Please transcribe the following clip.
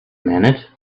minute